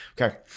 Okay